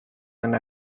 and